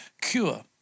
Cure